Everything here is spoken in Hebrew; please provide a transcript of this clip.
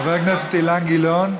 חבר הכנסת אילן גילאון,